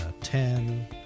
ten